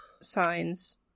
signs